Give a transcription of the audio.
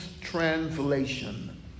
Translation